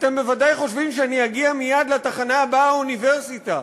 אתם בוודאי חושבים שאני אגיע מייד לתחנה הבאה: האוניברסיטה.